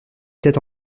tête